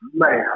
man